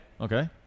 Okay